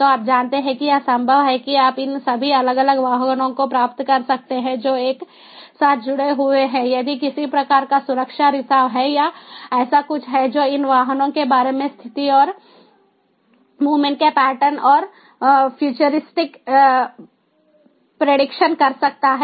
तो आप जानते हैं कि यह संभव है कि आप इन सभी अलग अलग वाहनों को प्राप्त कर सकते हैं जो एक साथ जुड़े हुए हैं यदि किसी प्रकार का सुरक्षा रिसाव है या ऐसा कुछ है जो इन वाहनों के बारे में स्थिति और मूव्मन्ट के पैटर्न और फ्यूचरिस्टिक प्रिडिक्शन कर सकता है